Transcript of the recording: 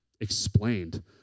explained